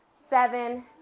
seven